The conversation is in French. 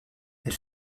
elle